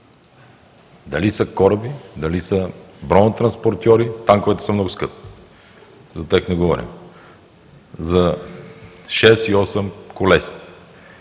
Дали са кораби, дали са бронетранспортьори, танковете са много скъпи, за тях не говорим, за 6 и 8 калесани,